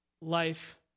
life